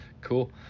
Cool